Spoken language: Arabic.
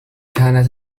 كانت